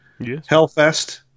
Hellfest